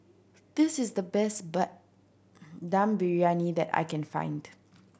this is the best Dum Briyani that I can find